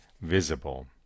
visible